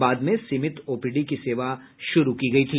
बाद में सीमित ओपीडी की सेवा शुरू की गयी थी